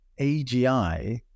agi